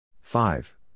Five